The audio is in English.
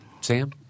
Sam